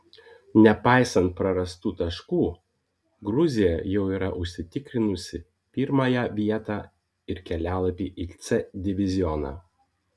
nepaisant prarastų taškų gruzija jau yra užsitikrinusi pirmąją vietą ir kelialapį į c divizioną